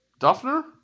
Duffner